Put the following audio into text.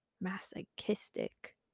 Masochistic